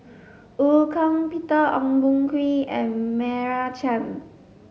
Eu Kong Peter Ong Boon Kwee and Meira Chand